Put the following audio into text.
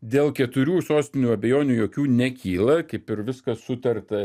dėl keturių sostinių abejonių jokių nekyla kaip ir viskas sutarta